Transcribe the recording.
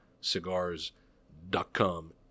Cigars.com